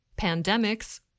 Pandemics